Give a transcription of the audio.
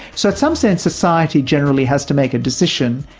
so at some sense, society generally has to make a decision,